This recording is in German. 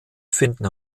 finden